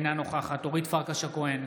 אינה נוכחת אורית פרקש הכהן,